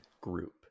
group